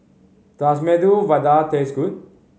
does Medu Vada taste good